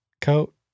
coat